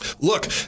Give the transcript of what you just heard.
Look